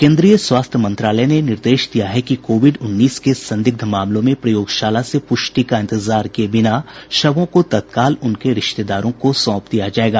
केन्द्रीय स्वास्थ्य मंत्रालय ने निर्देश दिया है कि कोविड उन्नीस के संदिग्ध मामलों में प्रयोगशाला से पुष्टि का इंतजार किये बिना शवों को तत्काल उनके रिश्तेदारों को सौंप दिया जाएगा